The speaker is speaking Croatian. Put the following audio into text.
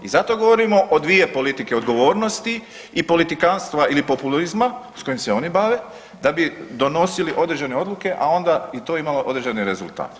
I zato govorimo dvije politike odgovornosti ili politikantstva ili populizma s kojim se oni bave da bi donosili određene odluke, a onda i to imalo određeni rezultat.